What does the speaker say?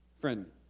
friend